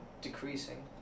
decreasing